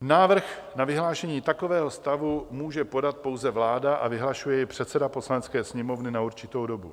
Návrh na vyhlášení takového stavu může podat pouze vláda a vyhlašuje jej předseda Poslanecké sněmovny na určitou dobu.